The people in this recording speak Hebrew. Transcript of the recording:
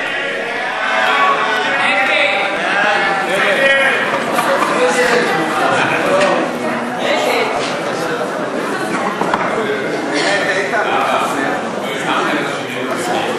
ההצעה להעביר את הצעת חוק התקציב לשנת הכספים 2015,